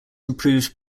improved